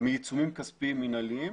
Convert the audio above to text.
מעיצומים כספיים מנהליים